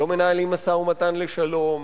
לא מנהלים משא-ומתן לשלום,